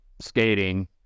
skating